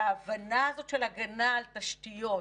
וההבנה הזאת של הגנה על תשתיות,